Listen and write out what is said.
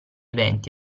venti